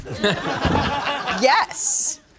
Yes